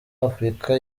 afurika